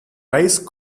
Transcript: rice